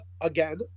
again